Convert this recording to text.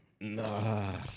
Nah